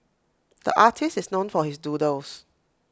the artist is known for his doodles